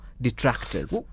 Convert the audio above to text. detractors